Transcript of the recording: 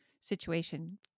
situation